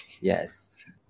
Yes